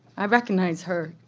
i recognise her,